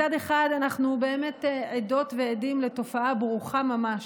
מצד אחד אנחנו באמת עדות ועדים לתופעה ברוכה ממש,